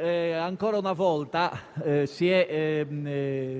Ancora una volta si è